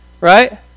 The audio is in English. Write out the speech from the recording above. right